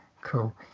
Cool